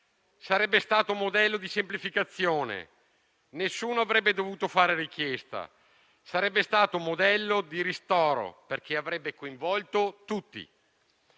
Sarebbe stato un modello di semplificazione, nessuno avrebbe dovuto fare richiesta. Sarebbe stato un modello di ristoro, perché avrebbe coinvolto tutti.